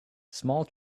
small